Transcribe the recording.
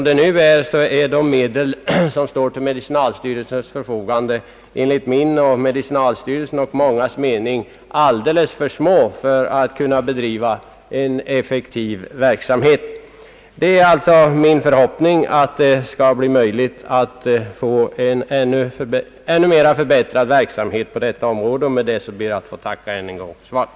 De medel som nu står till medicinalstyrelsens förfogande för ändamålet är enligt styrelsens och min och många andras mening alldeles för små för att en effektiv verksamhet skall vara möjlig Det är alltså min förhoppning att en ytterligare förbättrad verksamhet på detta område skall bli möjlig. Med den förhoppningen ber jag att än en gång få tacka för svaret.